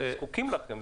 זקוקים לכם.